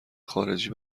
خارجی